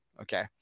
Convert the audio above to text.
okay